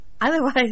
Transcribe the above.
otherwise